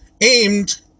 aimed